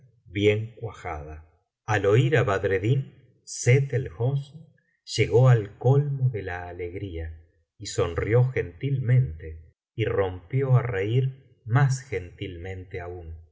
una noche al oir á badreddin sett el hosn llegó al colmo de la alegría y sonrió gentilmente y rompió á reir más gentilmente aún